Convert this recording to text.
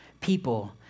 people